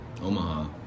Omaha